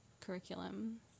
curriculum